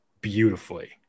beautifully